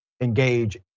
engage